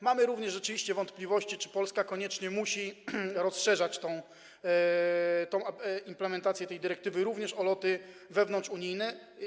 Mamy również oczywiście wątpliwości, czy Polska koniecznie musi rozszerzać implementację tej dyrektywy również o loty wewnątrzunijne.